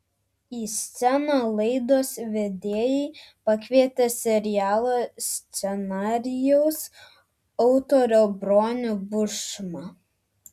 į sceną laidos vedėjai pakvietė serialo scenarijaus autorių bronių bušmą